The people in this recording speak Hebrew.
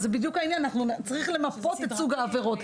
אז זה בדיוק העניין: צריך למפות את סוג העבירות.